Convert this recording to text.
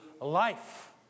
life